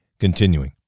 Continuing